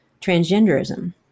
transgenderism